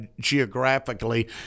geographically